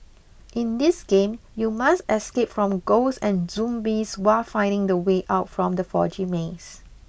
in this game you must escape from ghosts and zombies while finding the way out from the foggy maze